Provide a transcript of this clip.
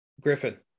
Griffin